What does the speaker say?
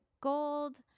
gold